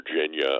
Virginia